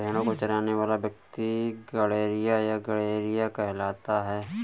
भेंड़ों को चराने वाला व्यक्ति गड़ेड़िया या गरेड़िया कहलाता है